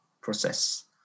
process